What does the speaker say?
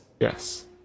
Yes